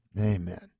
Amen